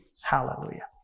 Hallelujah